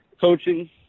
coaching